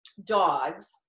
dogs